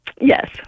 Yes